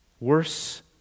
Worse